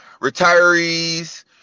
retirees